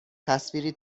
تصویری